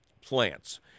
plants